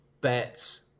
bets